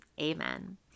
amen